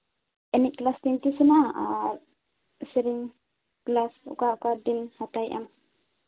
ᱮᱱᱮᱡ ᱠᱞᱟᱥ ᱛᱤᱧ ᱛᱤᱥ ᱛᱤᱥ ᱦᱮᱱᱟᱜᱼᱟ ᱟᱨ ᱥᱮᱨᱮᱧ ᱠᱞᱟᱥ ᱚᱠᱟ ᱚᱠᱟ ᱫᱤᱱ ᱦᱟᱛᱟᱭᱮᱜᱼᱟᱢ